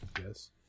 Yes